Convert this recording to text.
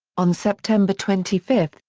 on september twenty five,